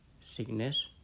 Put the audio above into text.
sickness